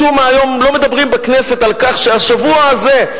משום מה לא מדברים היום בכנסת על כך שהשבוע הזה,